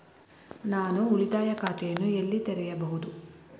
ನಾನು ಉಳಿತಾಯ ಖಾತೆಯನ್ನು ಎಲ್ಲಿ ತೆರೆಯಬಹುದು?